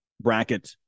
bracket